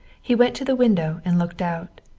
he went to the window and looked out.